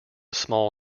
small